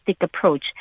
approach